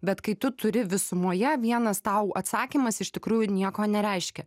bet kai tu turi visumoje vienas tau atsakymas iš tikrųjų nieko nereiškia